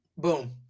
Boom